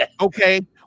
okay